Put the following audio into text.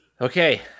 Okay